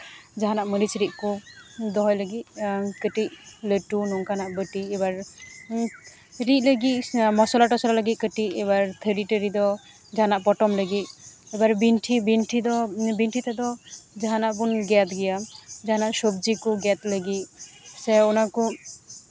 ᱡᱟᱦᱟᱱᱟᱜ ᱢᱟᱹᱨᱤᱪ ᱨᱤᱫ ᱠᱚ ᱫᱚᱦᱚᱭ ᱞᱟᱹᱜᱤᱫ ᱠᱟᱹᱴᱤᱡ ᱞᱟᱹᱴᱩ ᱱᱚᱝᱠᱟᱱᱟᱜ ᱵᱟᱹᱴᱤ ᱮᱵᱟᱨ ᱨᱤᱫ ᱞᱟᱹᱜᱤᱫ ᱥᱮ ᱢᱚᱥᱞᱟᱼᱴᱚᱥᱞᱟ ᱞᱟᱹᱜᱤᱫ ᱠᱟᱹᱴᱤᱡ ᱮᱵᱟᱨ ᱛᱷᱟᱹᱨᱤᱼᱴᱟᱹᱨᱤ ᱫᱚ ᱡᱟᱦᱟᱱᱟᱜ ᱯᱚᱴᱚᱢ ᱞᱟᱹᱜᱤᱫ ᱚᱠᱟ ᱨᱮ ᱵᱤᱱᱴᱷᱤ ᱵᱤᱱᱴᱷᱤ ᱫᱚ ᱵᱤᱱᱴᱷᱤ ᱛᱮᱫᱚ ᱡᱟᱦᱟᱱᱟᱜ ᱵᱚᱱ ᱜᱮᱫᱽ ᱜᱮᱭᱟ ᱡᱟᱦᱟᱱᱟᱜ ᱥᱚᱵᱽᱡᱤ ᱠᱚ ᱜᱮᱫ ᱞᱟᱹᱜᱤᱫ ᱥᱮ ᱚᱱᱟ ᱠᱚ